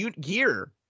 gear